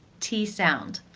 t sound.